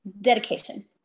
dedication